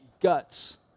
guts